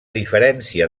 diferència